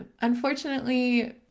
unfortunately